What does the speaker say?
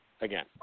again